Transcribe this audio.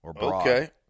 Okay